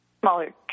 smaller